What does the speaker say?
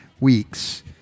weeks